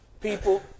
people